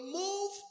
move